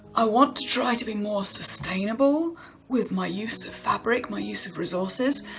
i want to try to be more sustainable with my use of fabric, my use of resources.